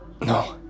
No